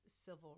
civil